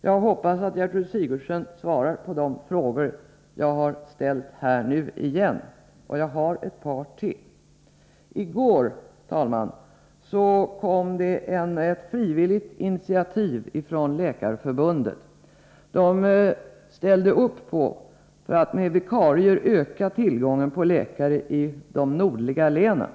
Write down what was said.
Jag hoppas att Gertrud Sigurdsen svarar på de frågor jag har ställt här igen, och jag har ett par frågor till. I går kom det, herr talman, ett frivilligt initiativ från Läkarförbundet för att med vikarier öka tillgången på läkare i de nordliga länen.